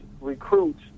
recruits